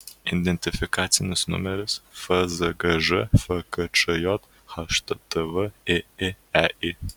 identifikacinis numeris fzgž fkčj httv ėėei